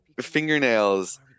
Fingernails